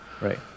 Right